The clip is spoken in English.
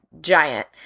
giant